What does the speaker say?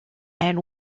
and